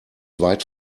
weit